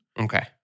Okay